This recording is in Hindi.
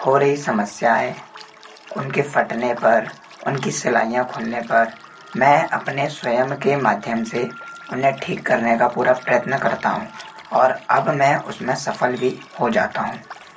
हो रही समस्याएं उनके फटने पर उनकी सिलाईयाँ खुलने पर मैं अपने स्वयं के माध्यम से उन्हें ठीक करने का पूरा प्रयत्न करता हूँ और अब मैं उसमें सफल भी हो जाता हूँ